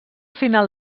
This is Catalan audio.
final